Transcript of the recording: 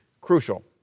Crucial